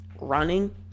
running